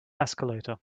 escalator